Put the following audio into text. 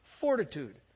fortitude